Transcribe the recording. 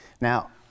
Now